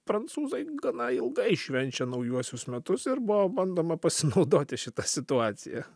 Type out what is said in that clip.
prancūzai gana ilgai švenčia naujuosius metus ir buvo bandoma pasinaudoti šita situacija